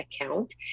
account